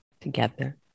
together